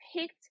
picked